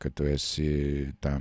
kad tu esi ten